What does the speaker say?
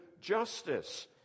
justice